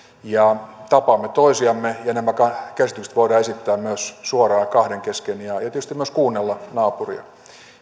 tapaamme toisiamme ja nämä käsitykset voidaan esittää myös suoraan kahden kesken ja tietysti myös kuunnella naapuria